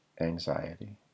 anxiety